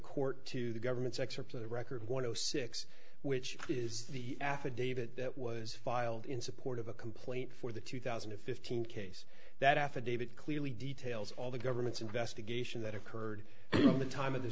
court to the government's excerpts of the record one o six which is the affidavit that was filed in support of a complaint for the two thousand and fifteen case that affidavit clearly details all the government's investigation that occurred during the time of the